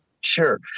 Sure